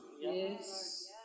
Yes